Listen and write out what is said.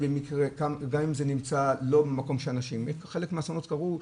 גם אם זה נמצא לא במקום שאנשים חלק מהאסונות קרו,